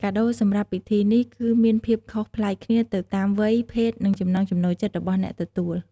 កាដូសម្រាប់ពិធីនេះ គឺមានភាពខុសប្លែកគ្នាទៅតាមវ័យ ភេទ និងចំណង់ចំណូលចិត្តរបស់អ្នកទទួល។